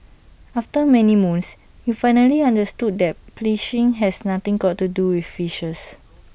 after many moons you finally understood that phishing has nothing got to do with fishes